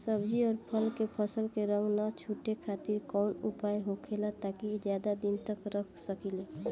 सब्जी और फल के फसल के रंग न छुटे खातिर काउन उपाय होखेला ताकि ज्यादा दिन तक रख सकिले?